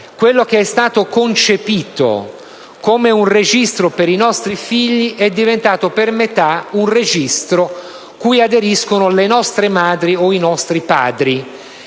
Quello che è stato concepito come un registro destinato ai nostri figli è diventato, per metà, un registro cui aderiscono le nostre madri e i nostri padri,